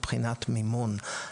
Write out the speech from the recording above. מבחינת מימון.